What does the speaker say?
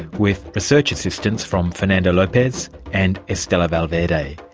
with research assistance from fernando lopez and estela valverde.